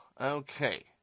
Okay